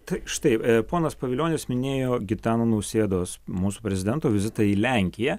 tai štai ponas pavilionis minėjo gitano nausėdos mūsų prezidento vizitą į lenkiją